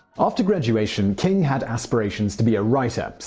after graduation, king had aspirations to be a writer.